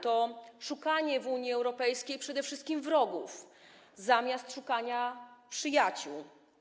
To szukanie w Unii Europejskiej przede wszystkim wrogów zamiast szukania przyjaciół.